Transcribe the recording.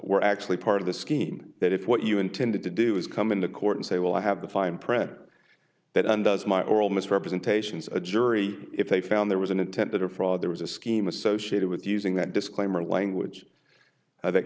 were actually part of the scheme that if what you intended to do is come into court and say well i have the fine print that undoes my oral misrepresentations a jury if they found there was an intent to defraud there was a scheme associated with using that disclaimer language that